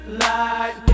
light